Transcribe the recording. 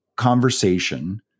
conversation